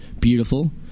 beautiful